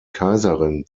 kaiserin